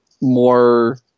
more